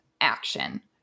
action